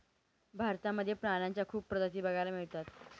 भारतामध्ये प्राण्यांच्या खूप प्रजाती बघायला मिळतात